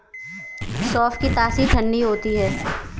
सौंफ की तासीर ठंडी होती है